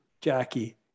Jackie